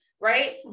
right